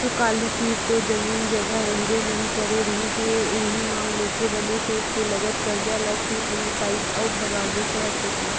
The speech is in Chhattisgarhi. सुकालू तीर तो जमीन जघा रहिबे नइ करे रिहिस हे उहीं नांव लेके बने सेठ के लगत करजा ल छूट नइ पाइस अउ भगागे सहर कोती